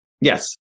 yes